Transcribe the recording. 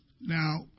now